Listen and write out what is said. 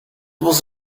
was